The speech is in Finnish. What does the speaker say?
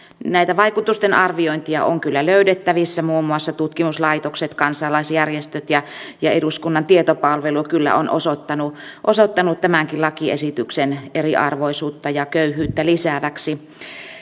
näitä vaikutusten arviointeja on kyllä löydettävissä muun muassa tutkimuslaitokset kansalaisjärjestöt ja ja eduskunnan tietopalvelu kyllä ovat osoittaneet tämänkin lakiesityksen eriarvoisuutta ja köyhyyttä lisääväksi